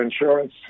insurance